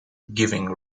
giving